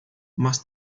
mas